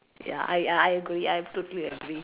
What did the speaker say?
ya I I agree I totally agree